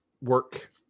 work